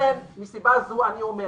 מסיבה זו אני אומר